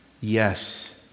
Yes